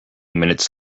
minutes